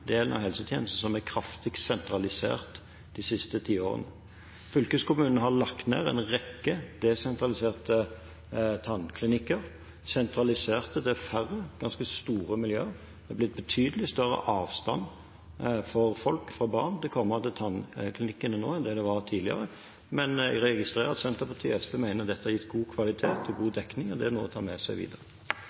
delen av helsetjenesten som er kraftigst sentralisert de siste ti årene. Fylkeskommunene har lagt ned en rekke desentraliserte tannklinikker og sentralisert dem. Det er færre, ganske store miljøer, og det har blitt betydelig større avstand for folk, for barn, når det gjelder å komme seg til tannklinikken nå enn det var tidligere. Men jeg registrerer at Senterpartiet og SV mener dette har gitt god kvalitet og god dekning, og det er noe å ta med seg videre.